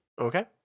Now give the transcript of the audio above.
Okay